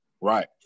Right